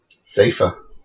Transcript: Safer